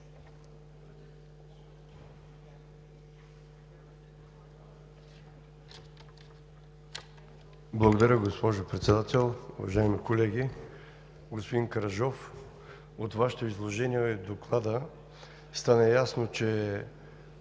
Благодаря, госпожо Председател. Уважаеми колеги! Господин Караджов, от Вашето изложение и от Доклада стана ясно, че